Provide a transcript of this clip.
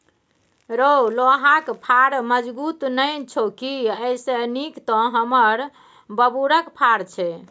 रौ लोहाक फार मजगुत नै छौ की एइसे नीक तँ हमर बबुरक फार छै